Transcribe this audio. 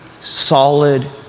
solid